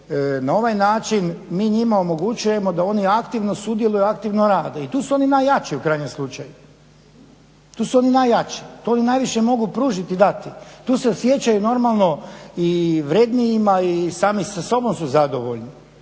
na ovaj način mi njima omogućujemo da oni aktivno sudjeluju i aktivno rade i tu su oni najjači u kranjem slučaju. Tu su oni najjači, to oni najviše mogu pružiti i dati, tu se osjećaju normalno i vrednijima i sami sa sobom su zadovoljni